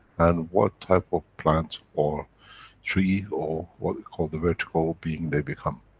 and what type of plant or tree or what we call the vertical being, they become.